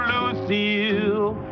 Lucille